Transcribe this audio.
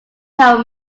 help